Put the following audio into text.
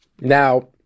Now